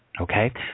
okay